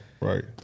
right